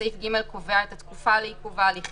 סעיף קטן (ג) קובע את התקופה לעיכוב ההליכים.